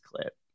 clip